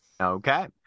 Okay